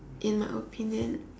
in my opinion